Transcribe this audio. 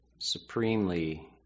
supremely